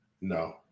No